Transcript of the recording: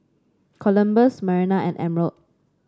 Columbus Marinda and Emerald